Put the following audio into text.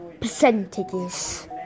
percentages